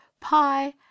pie